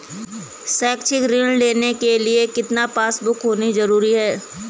शैक्षिक ऋण लेने के लिए कितना पासबुक होना जरूरी है?